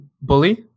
Bully